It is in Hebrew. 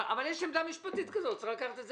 אבל יש עמדה משפטית כזאת, צריך לקחת את זה